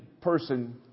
person